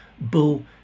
bull